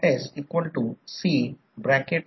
आता या प्रकरणात ते लोडशी जोडलेले आहे